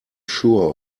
sure